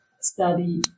study